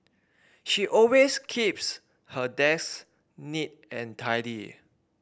she always keeps her desk neat and tidy